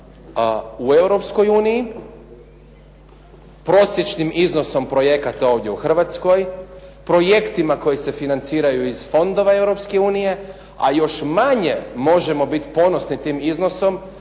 uniji, prosječnim iznosom projekata ovdje u Hrvatskoj, projektima koji se financiraju iz fondova Europske unije, a još manje možemo biti ponosni tim iznosom